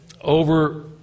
over